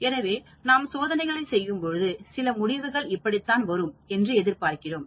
எனவே நாம் சோதனைகளைச் செய்யும்போது சில முடிவுகள் இப்படித் தான் வரும் என்று எதிர்பார்க்கிறோம்